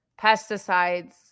pesticides